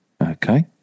okay